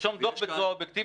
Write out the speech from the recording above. כשתרשום דוח בצורה אובייקטיבית,